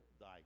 thy